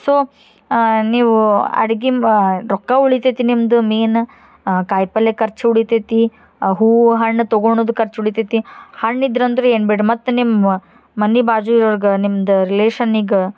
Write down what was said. so ನೀವು ಅಡ್ಗೆ ಮಾ ರೊಕ್ಕ ಉಳಿತೈತಿ ನಿಮ್ದು ಮೇನ್ ಕಾಯಿ ಪಲ್ಲೆ ಖರ್ಚು ಉಳಿತೈತಿ ಹೂವು ಹಣ್ಣು ತೊಗೊಳುದು ಖರ್ಚು ಉಳಿತೈತಿ ಹಣ್ಣಿದ್ರಂದ್ರೆ ಏನು ಬಿಡಿ ಮತ್ತೆ ನಿಮ್ಮ ಮನೆ ಬಾಜು ಇರೋರ್ಗೆ ನಿಮ್ದು ರಿಲೇಶನಿಗೆ